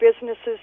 businesses